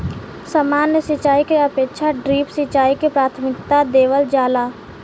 सामान्य सिंचाई के अपेक्षा ड्रिप सिंचाई के प्राथमिकता देवल जाला